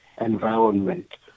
environment